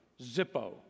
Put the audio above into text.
Zippo